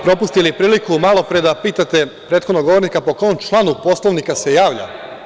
Propustili ste priliku malo pre da pitate prethodnog govornika po kom članu Poslovnika se javlja.